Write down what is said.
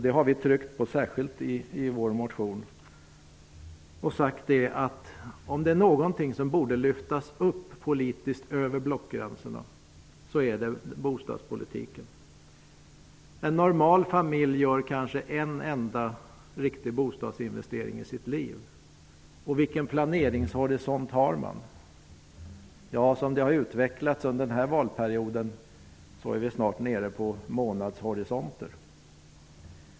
Det har vi särskilt betonat i vår motion. Om det är någon politisk fråga som borde lyftas upp över blockgränserna är det bostadspolitiken. En normal familj gör kanske en enda riktig bostadsinvestering i sitt liv. Vilken planeringshorisont har man? Som det har utvecklats under denna valperiod är vi snart nere på månadshorisonter.